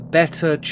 better